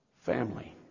family